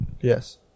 Yes